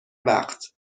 وقت